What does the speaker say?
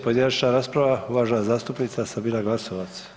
pojedinačna rasprava uvažena zastupnica Sabina Glasovac.